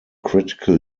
critical